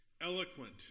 eloquent